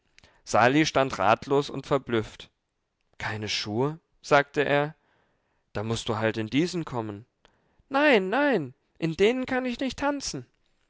sali stand ratlos und verblüfft keine schuhe sagte er da mußt du halt in diesen kommen nein nein in denen kann ich nicht tanzen